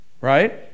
right